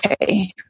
okay